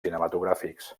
cinematogràfics